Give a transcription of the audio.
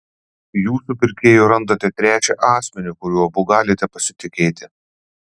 jūs su pirkėju randate trečią asmenį kuriuo abu galite pasitikėti